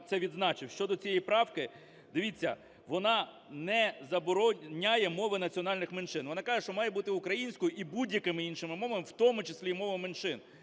це відзначив. Щодо цієї правки. Дивіться, вона не забороняє мови національних меншин, вона каже, що має бути українською і будь-якими іншими мовами, в тому числі і мовами меншин.